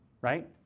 right